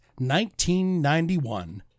1991